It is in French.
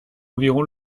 environ